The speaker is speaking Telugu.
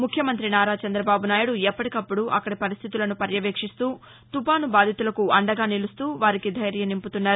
ముఖ్యమంతి నారా చంద్రబాబు నాయుడు ఎప్పటికప్పుడు అక్కడి పరిస్థితులను పర్యవేక్షిస్తూ తుఫాను బాధితులకు అండగా నిలుస్తూ వారికి ధైర్యం నింపుతున్నారు